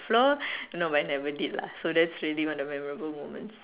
floor no I never did lah so that's really one of the memorable moments